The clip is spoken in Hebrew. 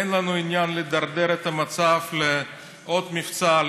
אין לנו עניין לדרדר את המצב לעוד מבצע,